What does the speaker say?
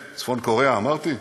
צפון-קוריאה, אמרתי?